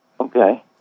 Okay